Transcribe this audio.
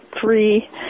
three